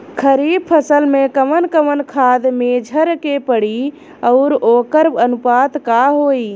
खरीफ फसल में कवन कवन खाद्य मेझर के पड़ी अउर वोकर अनुपात का होई?